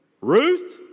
Ruth